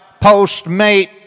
Postmate